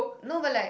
no but like